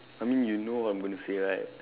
I mean you know what I'm going to say right